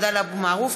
עבדאללה אבו מערוף,